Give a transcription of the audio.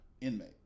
inmate